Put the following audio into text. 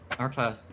Okay